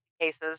cases